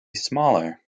smaller